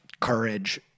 courage